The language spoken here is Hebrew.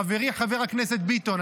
חברי חבר הכנסת ביטון,